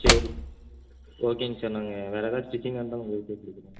சரி ஓ ஓகேங்க சார் நாங்கள் வேறு ஏதாச்சும் ஸ்டிச்சிங்கா இருந்தால் உங்கள் கிட்டையே கொடுக்குறோம்